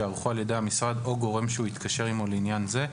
שייערכו על ידי המשרד או גורם שהוא התקשר עמו לעניין זה,